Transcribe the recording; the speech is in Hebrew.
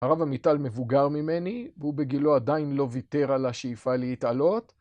הרב אמיטל מבוגר ממני והוא בגילו עדיין לא ויתר על השאיפה להתעלות